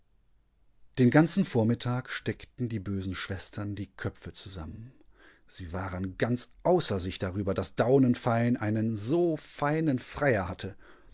den ganzen vormittag steckten die bösen schwestern die köpfe zusammen sie waren ganz außer sich darüber daß daunenfein einen so feinen freier hatte